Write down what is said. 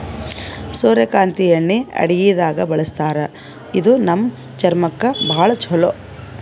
ಸೂರ್ಯಕಾಂತಿ ಎಣ್ಣಿ ಅಡಗಿದಾಗ್ ಬಳಸ್ತಾರ ಇದು ನಮ್ ಚರ್ಮಕ್ಕ್ ಭಾಳ್ ಛಲೋ